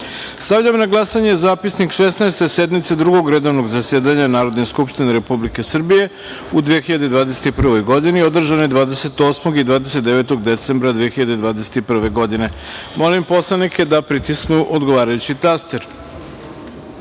na glasanje Zapisnik Šesnaeste sednice Drugog redovnog zasedanja Narodne skupštine Republike Srbije u 2021. godini, održane 28. i 29. decembra 2021. godine. Molim poslanike da pritisnu odgovarajući